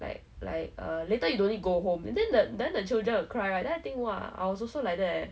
like like err later you don't need to go home and then the then the children will cry right then I think !wah! I was also like that leh